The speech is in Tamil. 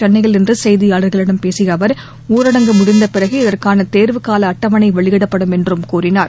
சென்னையில் இன்று செய்தியாளர்களிடம் பேசிய அவர் ஊரடங்கு முடிந்த பிறகு இதற்கான தேர்வுக்கால அட்டவணை வெளியிடப்படும் என்றும் கூறினார்